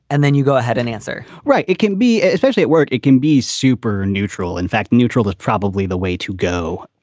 and then you go ahead and answer. right? it can be especially a word it can be super neutral. in fact, neutral is probably the way to go.